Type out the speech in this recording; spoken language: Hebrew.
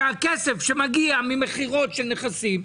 שהכסף שמגיע ממכירות של נכסים,